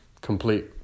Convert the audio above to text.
complete